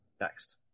next